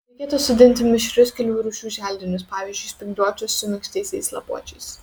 reikėtų sodinti mišrius kelių rūšių želdinius pavyzdžiui spygliuočius su minkštaisiais lapuočiais